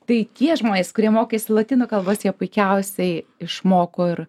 tai tie žmonės kurie mokėsi lotynų kalbos jie puikiausiai išmoko ir